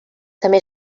també